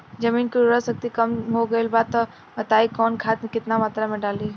जमीन के उर्वारा शक्ति कम हो गेल बा तऽ बताईं कि कवन खाद केतना मत्रा में डालि?